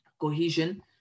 cohesion